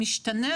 משתנה.